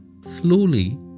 slowly